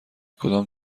کدام